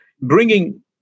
bringing